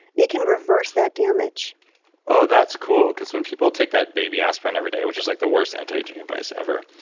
it can reverse that damage oh, that's cool because when people take that baby aspirin every day, which is like the worst antiaging advice ever,